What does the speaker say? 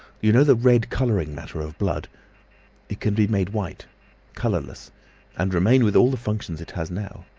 you know the red colouring matter of blood it can be made white colourless and remain with all the functions it has now!